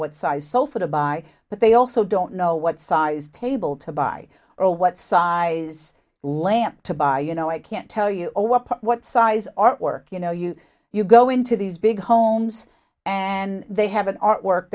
what size sofa to buy but they also don't know what size table to buy or what size lamp to buy you know i can't tell you what size or work you know you you go into these big homes and they have an artwork